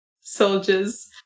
soldiers